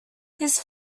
his